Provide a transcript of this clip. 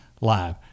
Live